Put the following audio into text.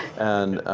and